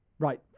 Right